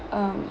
um